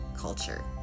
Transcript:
culture